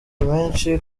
menshi